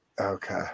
Okay